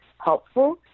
helpful